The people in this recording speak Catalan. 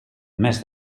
mes